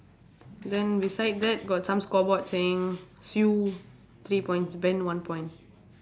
then beside that got some scoreboard saying sue three points ben one point